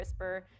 CRISPR